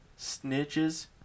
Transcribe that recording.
Snitches